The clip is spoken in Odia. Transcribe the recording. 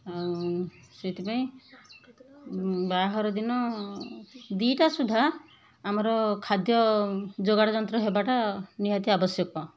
ଆଉ ସେଇଥିପାଇଁ ବାହାଘର ଦିନ ଦୁଇଟା ସୁଦ୍ଧା ଆମର ଖାଦ୍ୟ ଯୋଗାଡ଼ ଯନ୍ତ୍ର ହେବାଟା ନିହାତି ଆବଶ୍ୟକ